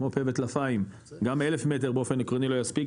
כמו פה וטלפיים גם 1,000 מטר באופן עקרוני לא יספיק,